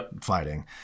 fighting